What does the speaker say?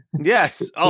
Yes